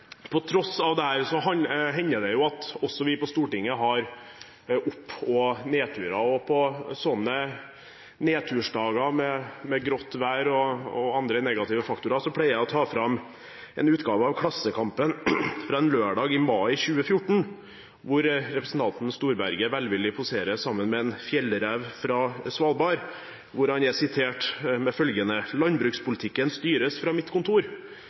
hender det at også vi på Stortinget har oppturer og nedturer. På sånne nedtursdager med grått vær og andre negative faktorer pleier jeg å ta fram en utgave av Klassekampen fra en lørdag i mai i 2014, der representanten Storberget velvillig poserer sammen med en fjellrev fra Svalbard, og der han er sitert med følgende: «Landbrukspolitikken styres fra mitt kontor.»